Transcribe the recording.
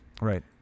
Right